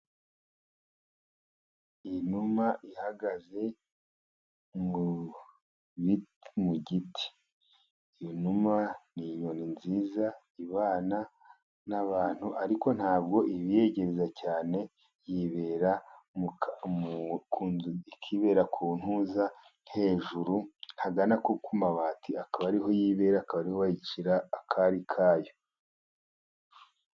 Inuma ihagaze mu giti, inuma ni inyoni nziza ibana n'abantu, ariko ntabwo ibiyegereza cyane, yibera ku nzu, ikibera ku ntuza hejuru, hagana ku mabati, akaba ariho yibera, akaba ariho ishyira akari kayo.